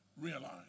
realize